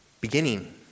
beginning